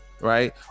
right